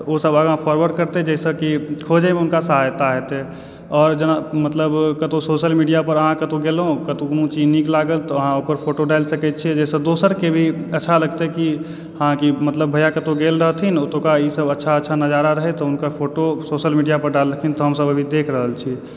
तऽ ओ सब आगाँ फोरवार्ड करतै जाहि सऽ कि खोजै मे हुनका सहायता हेतै और जेना मतलब कतौ सोशल मीडिया पर अहाँ कतौ गेलौं कतौ कोनो चीज नीक लागल तऽ अहाँ ओकर फोटो डाइल सकै छियै जाहि सऽ दोसर के भी अच्छा लगतै कि हाँ कि मतलब भैया कतौ गेल रहथिन ओतौका ई सब अच्छा अच्छा नजारा रहै तऽ हुनकर फोटो सोशल मीडिया पर डाललखिन तऽ हमसब अभी देख रहल छी